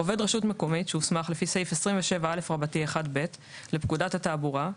(ב)עובד רשות מקומית שהוסמך לפי סעיף 27א1(ב) לפקודת התעבורה,